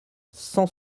cent